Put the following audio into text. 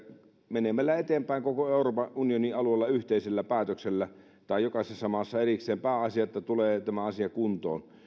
mennään eteenpäin koko euroopan unionin alueella yhteisellä päätöksellä tai jokaisessa maassa erikseen pääasia että tulee tämä asia kuntoon